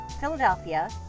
Philadelphia